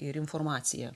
ir informaciją